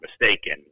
mistaken